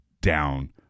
down